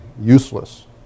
useless